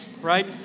right